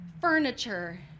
furniture